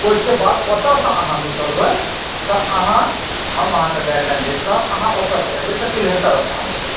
ओहिके बाद ओतऽक्षसँ अहाँ निकलबै तऽ अहॉँ हम अहाँकेँ गाइड लाइन दैत रहब अहाँ ओतऽ सॅं एबै तऽ सिंघेश्वर स्थान एबै